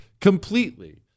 completely